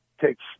takes